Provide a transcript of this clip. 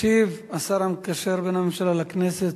ישיב השר המקשר בין הממשלה לכנסת,